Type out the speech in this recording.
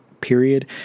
period